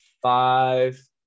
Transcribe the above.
five